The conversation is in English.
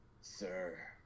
Sir